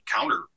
counter